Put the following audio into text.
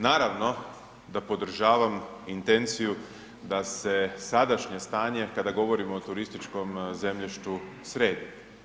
Naravno da podržavam intenciju da se sadašnje stanje kada govorimo o turističkom zemljištu sredi.